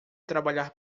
trabalhar